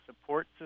support